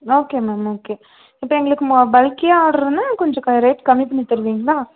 okay ma'am okay இப்போ எங்களுக்கு ம பல்க்கியாக ஆட்ருனால் கொஞ்சம் க ரேட் கம்மிபண்ணி தருவீங்களா